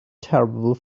terrible